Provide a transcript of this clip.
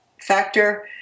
factor